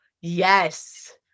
yes